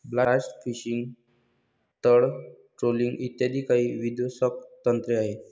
blast fishing, तळ trolling इ काही विध्वंसक तंत्रे आहेत